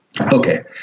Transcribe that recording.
Okay